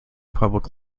public